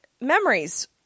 memories